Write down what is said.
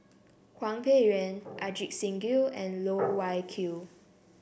Hwang Peng Yuan Ajit Singh Gill and Loh Wai Kiew